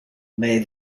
may